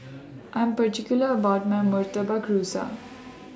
I Am particular about My Murtabak Rusa